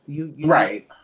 Right